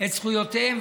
את זכויותיהם,